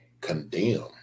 condemn